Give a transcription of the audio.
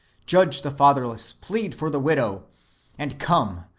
judge the fatherless, plead for the widow and come,